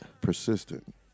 Persistent